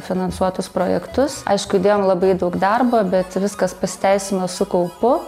finansuotus projektus aišku įdėjom labai daug darbo bet viskas pasiteisino su kaupu